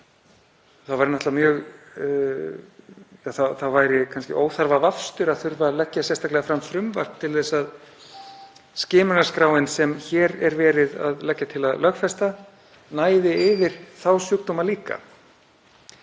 væri kannski óþarfa vafstur að þurfa að leggja sérstaklega fram frumvarp til að skimunarskráin, sem hér er verið að leggja til að lögfesta, næði yfir þá sjúkdóma líka